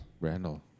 Randall